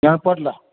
ध्यान पडला